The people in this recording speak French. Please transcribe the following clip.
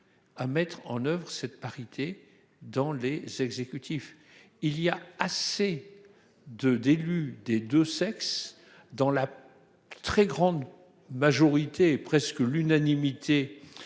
À mettre en oeuvre cette parité dans les exécutifs. Il y a assez de d'élus des 2 sexes dans la très grande majorité presque l'unanimité